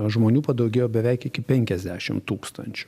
žmonių padaugėjo beveik iki penkiasdešim tūkstančių